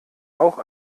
auch